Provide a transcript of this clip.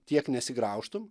tiek nesigraužtum